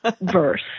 verse